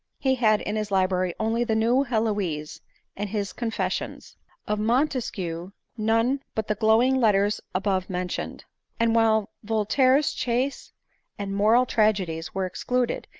he hadin his library only the new heloise and his confessions of montesquieu, none but the glowing letters above mentioned and while vol taire's chaste and moral tragedies were excluded,